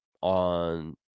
on